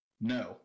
No